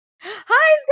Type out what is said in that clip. Hi